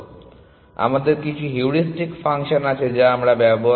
সুতরাং আমাদের কিছু হিউরিস্টিক ফাংশন আছে যা আমরা ব্যবহার করি